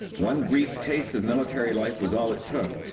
one brief taste of military life was all it took.